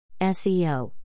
SEO